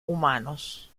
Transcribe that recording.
humanos